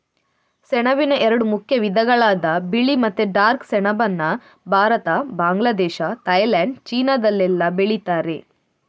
ಸೆಣಬಿನ ಎರಡು ಮುಖ್ಯ ವಿಧಗಳಾದ ಬಿಳಿ ಮತ್ತೆ ಡಾರ್ಕ್ ಸೆಣಬನ್ನ ಭಾರತ, ಬಾಂಗ್ಲಾದೇಶ, ಥೈಲ್ಯಾಂಡ್, ಚೀನಾದಲ್ಲೆಲ್ಲ ಬೆಳೀತಾರೆ